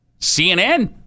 CNN